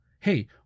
Hey